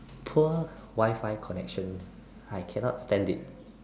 poor Wi-Fi connection I cannot stand it